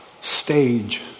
stage